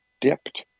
dipped